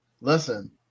listen